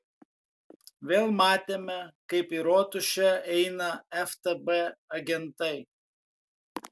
vėl matėme kaip į rotušę eina ftb agentai